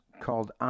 called